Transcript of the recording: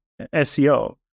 SEO